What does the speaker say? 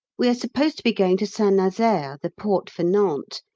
we are supposed to be going to st nazaire, the port for nantes.